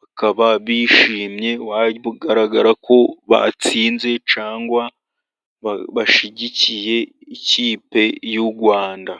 bakaba bishimye, bigaragara ko batsinze cyangwa bashyigikiye ikipe y'u Rwanda.